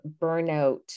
burnout